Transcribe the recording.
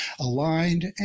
aligned